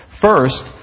First